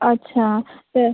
अच्छा तर